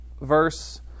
Verse